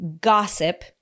gossip